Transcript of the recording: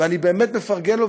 ואני באמת מפרגן לו.